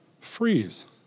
freeze